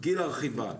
גיל הרכיבה,